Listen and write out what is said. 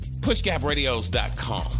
PushGapRadios.com